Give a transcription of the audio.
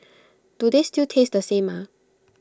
do they still taste the same ah